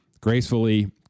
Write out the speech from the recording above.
Gracefully